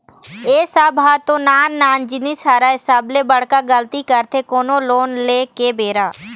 ए सब ह तो नान नान जिनिस हरय सबले बड़का गलती करथे कोनो लोन ले के बेरा